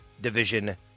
division